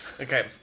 Okay